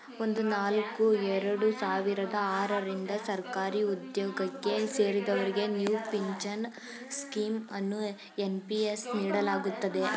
ಒಂದು ನಾಲ್ಕು ಎರಡು ಸಾವಿರದ ಆರ ರಿಂದ ಸರ್ಕಾರಿಉದ್ಯೋಗಕ್ಕೆ ಸೇರಿದವರಿಗೆ ನ್ಯೂ ಪಿಂಚನ್ ಸ್ಕೀಂ ಅನ್ನು ಎನ್.ಪಿ.ಎಸ್ ನೀಡಲಾಗುತ್ತದೆ